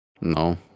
No